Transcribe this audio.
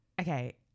okay